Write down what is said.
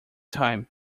time